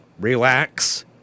relax